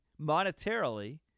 monetarily